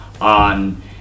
On